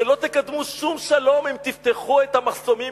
שלא תקדמו שום שלום אם תפתחו את המחסומים,